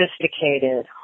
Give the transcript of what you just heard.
sophisticated